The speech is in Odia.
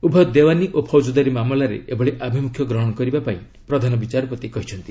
ଉଭୟ ଦେୱାନୀ ଓ ଫୌଜଦାରୀ ମାମଲାରେ ଏଭଳି ଆଭିମୁଖ୍ୟ ଗ୍ରହଣ କରିବା ପାଇଁ ପ୍ରଧାନ ବିଚାରପତି କହିଛନ୍ତି